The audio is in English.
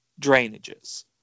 drainages